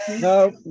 No